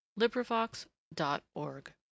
LibriVox.org